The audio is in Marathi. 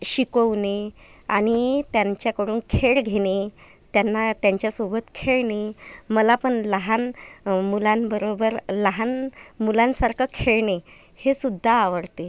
शिकवणे आणि त्यांच्याकडून खेळ घेणे त्यांना त्यांच्यासोबत खेळणे मला पण लहान मुलांबरोबर लहान मुलांसारखं खेळणे हे सुद्धा आवडते